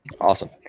Awesome